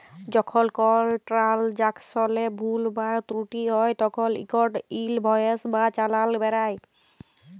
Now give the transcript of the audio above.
যখল কল ট্রালযাকশলে ভুল বা ত্রুটি হ্যয় তখল ইকট ইলভয়েস বা চালাল বেরাই